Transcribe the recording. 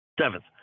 Seventh